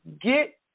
Get